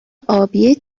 آبی